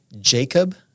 Jacob